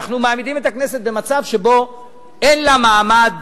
אנחנו מעמידים את הכנסת במצב שבו אין לה מעמד